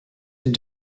and